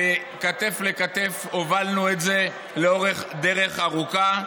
וכתף לכתף הובלנו את זה לאורך דרך ארוכה.